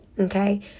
okay